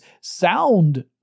sound